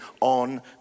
on